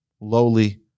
lowly